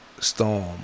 Storm